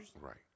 right